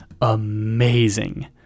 amazing